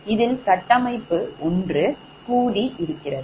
இதில் கட்டமைப்பு ஒன்று கூடி இருக்கிறது